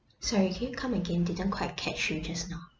sorry can you come again didn't quite catch you just now